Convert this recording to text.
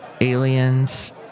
aliens